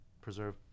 Preserve